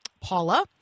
Paula